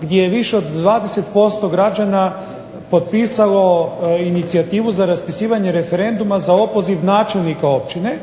gdje je više od 20% građana potpisalo inicijativu za raspisivanje referenduma za opoziv načelnika općine,